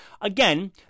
Again